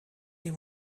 die